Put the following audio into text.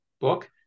book